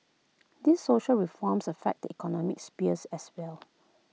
these social reforms affect the economic sphere as well